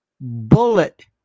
bullet